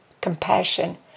compassion